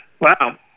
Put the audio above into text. wow